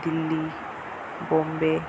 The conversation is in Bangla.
দিল্লি বম্বে